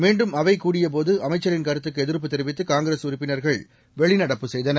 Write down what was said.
மீண்டும் அவை கூடியபோது அமைச்சரின் கருத்துக்கு எதிர்ப்பு தெரிவித்து காங்கிரஸ் உறுப்பினர்கள் வெளிநடப்பு செய்தனர்